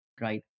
Right